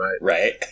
Right